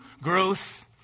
growth